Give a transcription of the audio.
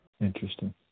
Interesting